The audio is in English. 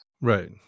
right